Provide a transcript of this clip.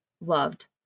loved